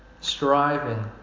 striving